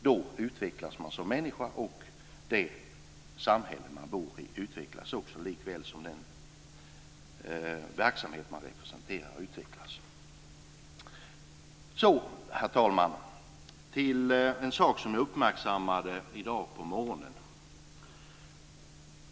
Då utvecklas de som människor, och det samhälle de bor i utvecklas också likväl som den verksamhet som de representerar utvecklas. Herr talman! Så till en sak som jag uppmärksammade i dag på morgonen.